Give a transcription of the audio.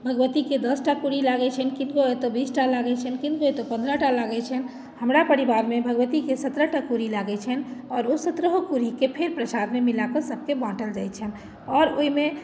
भगवतीके दशटा कुरी लागैत छनि किनको ओतऽ बीसटा लागैत छनि किनको ओतऽ पन्द्रहटा लागैत छनि हमरा परिवारमे भगवतीके सत्रहटा कुरी लागैत छनि आओर ओहि सत्रहो कुरीके फेर प्रसादमे मिलाके सभकेँ बाँटल जाइत छनि आओर ओहिमे